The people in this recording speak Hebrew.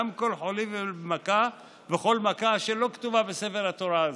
גם כל חולי וכל מכה שלא כתובה בספר התורה הזה.